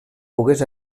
pogués